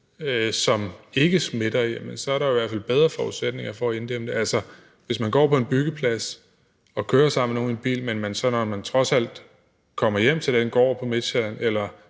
som ikke smitter, er der i hvert fald bedre forudsætninger for at inddæmme det. Altså, hvis man går på en byggeplads og kører sammen med nogen i en bil, men trods alt ikke, når man kommer hjem til gården på Midtsjælland